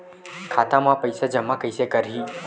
खाता म पईसा जमा कइसे करही?